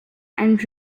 and